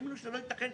כי האמינו שלא ייתכן,